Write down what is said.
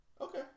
Okay